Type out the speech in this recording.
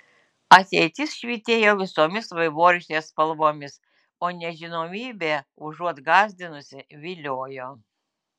ateitis švytėjo visomis vaivorykštės spalvomis o nežinomybė užuot gąsdinusi viliojo